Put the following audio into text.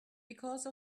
because